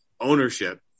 ownership